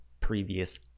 previous